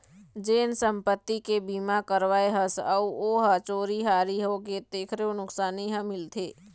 जेन संपत्ति के बीमा करवाए हस अउ ओ ह चोरी हारी होगे तेखरो नुकसानी ह मिलथे